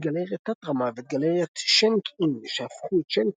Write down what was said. את גלריית "תת-רמה" ואת גלריית "שינק-אין" שהפכו את "שינקין",